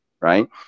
Right